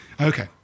Okay